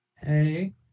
Hey